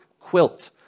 quilt